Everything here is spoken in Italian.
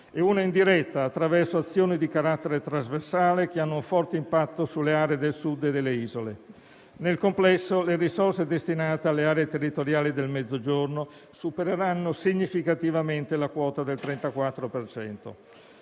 e una indiretta, attraverso azioni di carattere trasversale che hanno un forte impatto sulle aree del Sud e delle Isole. Nel complesso, le risorse destinate alle aree territoriali del Mezzogiorno supereranno significativamente la quota del 34